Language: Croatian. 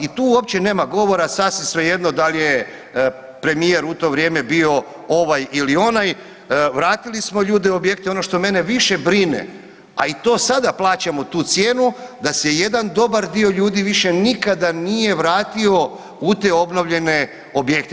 I tu uopće nema govora, sasvim svejedno dal je premijer u to vrijeme bio ovaj ili onaj, vratili smo ljude u objekte, ono što mene više brine a i to sada plaćamo tu cijenu, da se jedan dobar dio ljudi više nikada nije vratio u te obnovljene objekte.